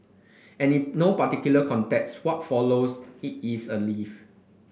and in no particular context what follows it is a leaf